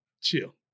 Chill